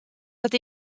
dat